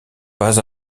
pas